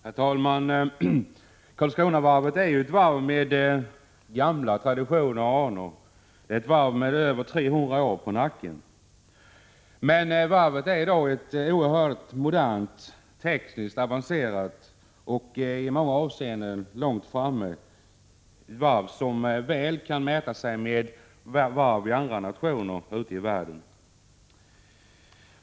Herr talman! Karlskronavarvet har ju gamla traditioner och anor — det har över 300 år på nacken. Men det är ett varv som i dag är oerhört modernt och tekniskt avancerat och som väl kan mäta sig med varv i andra nationer ute i världen.